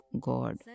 God